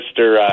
Mr